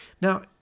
Now